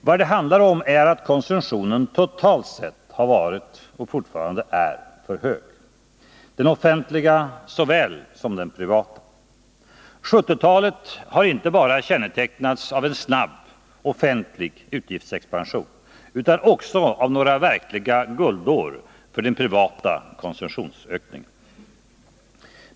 Vad det handlar om är att konsumtionen —den offentliga såväl som den privata — totalt sett har varit och fortfarande är för hög. 1970-talet har inte bara kännetecknats av en snabb offentlig utgiftsexpansion utan också av några verkliga guldår för den privata konsumtionsökningen.